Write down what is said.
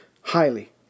highly